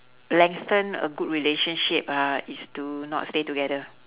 lengthen a good relationship uh is to not stay together